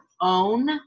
own